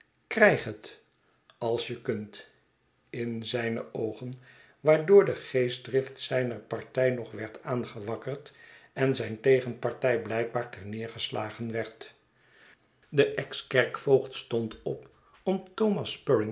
krijg het als je kunt in zijn oogen waardoor de geestdrift zijner partij nog werd aangewakkerd en zijn tegenpartij blijkbaar ter neergeslagen werd de ex kerkvoogd stond op om thomas